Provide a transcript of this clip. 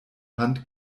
hand